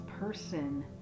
person